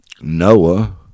Noah